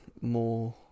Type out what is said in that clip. more